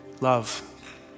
love